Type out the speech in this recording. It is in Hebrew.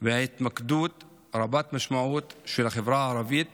והתמקדות רבת-משמעות של החברה הערבית